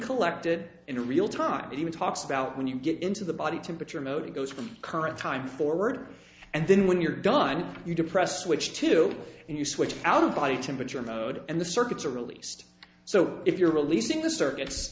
collected in real time even talks about when you get into the body temperature mode it goes from current time forward and then when you're done you're depressed which two and you switch out of body temperature mode and the circuits are released so if you're releasing the circuits